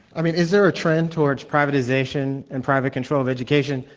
i mean, is there a trend towards privatization and private control of education?